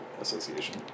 association